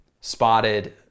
spotted